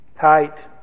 tight